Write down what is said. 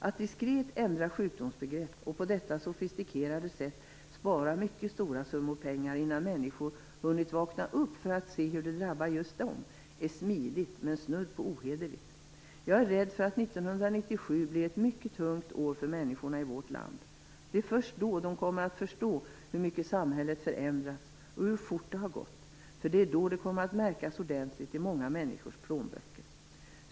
Att diskret ändra sjukdomsbegrepp och på detta sofistikerade sätt spara mycket stora summor pengar innan människor hunnit vakna upp och se hur det drabbar just dem är smidigt men snudd på ohederligt. Jag är rädd för att 1997 blir ett mycket tungt år för människorna i vårt land. Det är först då de kommer att förstå hur mycket samhället förändrats och hur fort det har gått. För det är då det kommer att märkas ordentligt i många människors plånböcker.